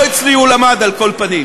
לא אצלי הוא למד, על כל פנים.